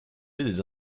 des